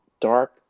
dark